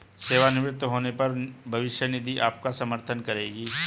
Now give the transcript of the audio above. सेवानिवृत्त होने पर भविष्य निधि आपका समर्थन करेगी